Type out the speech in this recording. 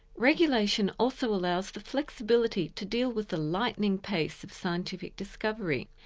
regulation also allows the flexibility to deal with the lightening pace of scientific discovery.